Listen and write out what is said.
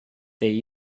they